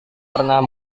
pernah